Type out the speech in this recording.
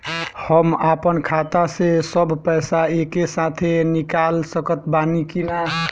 हम आपन खाता से सब पैसा एके साथे निकाल सकत बानी की ना?